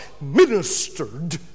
ministered